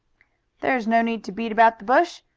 there is no need to beat about the bush.